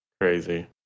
Crazy